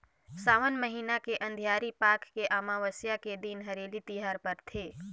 सावन महिना के अंधियारी पाख के अमावस्या के दिन हरेली तिहार परथे